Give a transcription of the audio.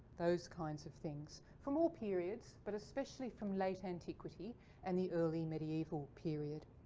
those kinds of things. from all periods. but especially from late antiquity and the early medieval period.